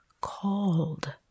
called